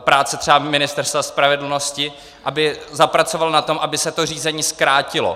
Práce třeba Ministerstva spravedlnosti, aby zapracovalo na tom, aby se to řízení zkrátilo.